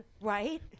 Right